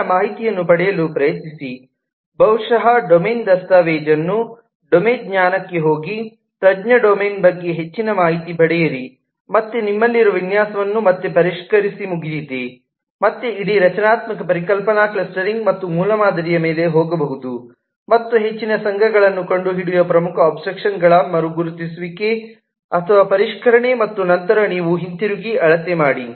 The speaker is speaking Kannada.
ಹೆಚ್ಚಿನ ಮಾಹಿತಿಯನ್ನು ಪಡೆಯಲು ಪ್ರಯತ್ನಿಸಿ ಬಹುಶಃ ಡೊಮೇನ್ ದಸ್ತಾವೇಜನ್ನು ಡೊಮೇನ್ ಜ್ಞಾನಕ್ಕೆ ಹೋಗಿ ತಜ್ಞ ಡೊಮೇನ್ ಬಗ್ಗೆ ಹೆಚ್ಚಿನ ಮಾಹಿತಿ ಪಡೆಯಿರಿ ಮತ್ತು ನಿಮ್ಮಲ್ಲಿರುವ ವಿನ್ಯಾಸವನ್ನು ಮತ್ತೆ ಪರಿಷ್ಕರಿಸಿ ಮುಗಿದಿದೆ ಮತ್ತೆ ಇಡೀ ರಚನಾತ್ಮಕ ಪರಿಕಲ್ಪನಾ ಕ್ಲಸ್ಟರಿಂಗ್ ಮತ್ತು ಮೂಲಮಾದರಿಯ ಮೇಲೆ ಹೋಗಬಹುದು ಮತ್ತು ಹೆಚ್ಚಿನ ಸಂಘಗಳನ್ನು ಕಂಡುಹಿಡಿಯುವ ಪ್ರಮುಖ ಅಬ್ಸ್ಟ್ರಾಕ್ಷನ್ ಗಳ ಮರು ಗುರುತಿಸುವಿಕೆ ಅಥವಾ ಪರಿಷ್ಕರಣೆ ಮತ್ತು ನಂತರ ನೀವು ಹಿಂತಿರುಗಿ ಅಳತೆ ಮಾಡಿ